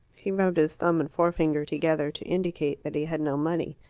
he rubbed his thumb and forefinger together, to indicate that he had no money.